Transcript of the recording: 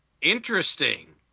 interesting